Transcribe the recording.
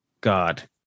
God